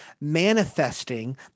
manifesting